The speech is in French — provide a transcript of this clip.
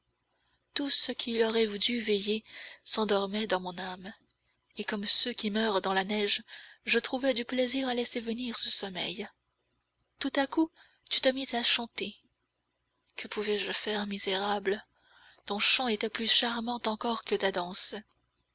tout ce qui aurait dû veiller s'endormait dans mon âme et comme ceux qui meurent dans la neige je trouvais du plaisir à laisser venir ce sommeil tout à coup tu te mis à chanter que pouvais-je faire misérable ton chant était plus charmant encore que ta danse